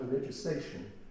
legislation